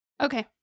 Okay